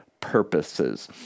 purposes